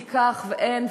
כי קח ותן.